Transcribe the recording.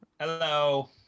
Hello